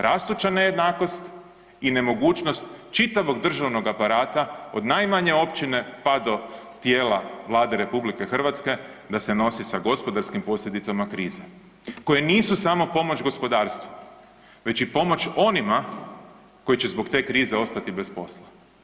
Rastuća nejednakost i nemogućnost čitavog državnog aparata od najmanje općine, pa do tijela Vlade RH da se nosi sa gospodarskim posljedicama krize koje nisu samo pomoć gospodarstvu već i pomoć onima koji će zbog te krize ostati bez posla.